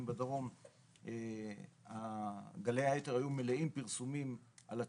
בדרום גלי האתר היו מלאים פרסומים על התאונה,